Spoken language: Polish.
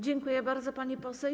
Dziękuję bardzo, pani poseł.